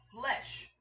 flesh